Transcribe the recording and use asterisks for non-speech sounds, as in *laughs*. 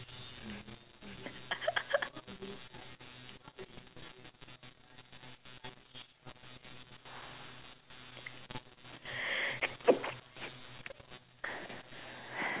*laughs*